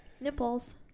nipples